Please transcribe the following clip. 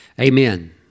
Amen